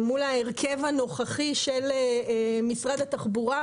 מול ההרכב הנוכחי של משרד התחבורה.